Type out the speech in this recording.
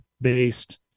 based